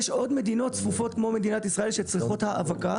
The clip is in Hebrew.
יש עוד מדינות צפופות כמו מדינת ישראל שצריכות האבקה.